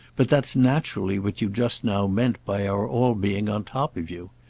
but that's naturally what you just now meant by our all being on top of you.